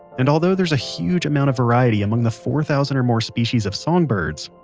and although there's a huge amount of variety among the four thousand or more species of songbirds,